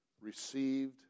received